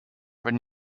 and